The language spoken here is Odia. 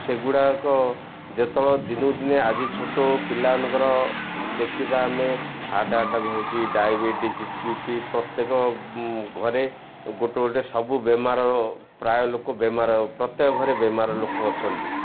ସେଗୁଡ଼ାକ ଯେତେବେଳେ ଦିନକୁ ଦିନ ଆଜି ଛୋଟ ପିଲାମାନଙ୍କର ଦେଖିବା ଆମେ ହାର୍ଟ ଆଟାକ୍ ହେଉଛି ଡାଇବେଟିସ୍ ବିପି ପ୍ରତ୍ୟେକ ଘରେ ଗୋଟେ ଗୋଟେ ସବୁ ବେମାର ପ୍ରାୟ ଲୋକ ବେମାର ପ୍ରତ୍ୟେକ ଘରେ ବେମାର ଲୋକ ଅଛନ୍ତି